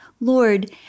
Lord